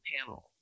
panel